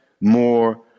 More